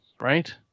Right